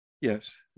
Yes